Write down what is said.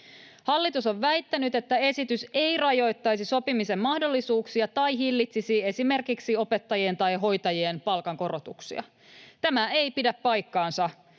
Hallitus on väittänyt, että esitys ei rajoittaisi sopimisen mahdollisuuksia tai hillitsisi esimerkiksi opettajien tai hoitajien palkankorotuksia. Tämä ei pidä paikkaansa.